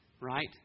right